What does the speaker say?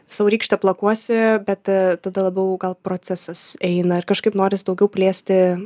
sau rykštę plakuosi bet tada labiau gal procesas eina ir kažkaip noris daugiau plėsti